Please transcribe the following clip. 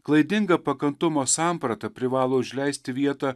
klaidinga pakantumo samprata privalo užleisti vietą